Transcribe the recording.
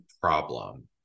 problem